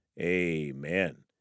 amen